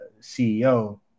CEO